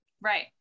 right